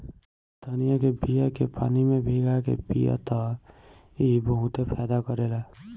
धनिया के बिया के पानी में भीगा के पिय त ई बहुते फायदा करेला